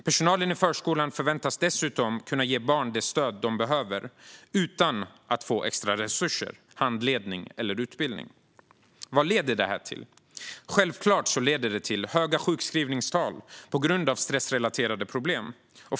Personalen i förskolan förväntas dessutom kunna ge barnen det stöd de behöver utan att få extra resurser, handledning eller utbildning. Vad leder detta till? Självklart leder det till höga sjukskrivningstal på grund av stressrelaterade problem.